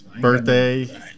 birthday